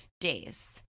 days